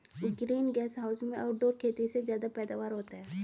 green gas house में outdoor खेती से ज्यादा पैदावार होता है